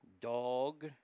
Dog